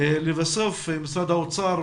לבסוף, משרד האוצר.